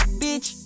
bitch